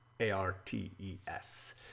A-R-T-E-S